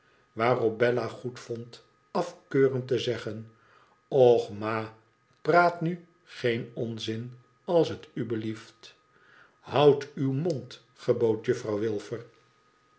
waarop bella goedvond afkeurend te zeggen och ma praat nu geen onzin als t u belieft houd uw mond gebood juffi ouw